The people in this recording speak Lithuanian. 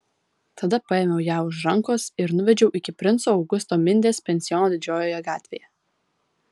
tada paėmiau ją už rankos ir nuvedžiau iki princo augusto mindės pensiono didžiojoje gatvėje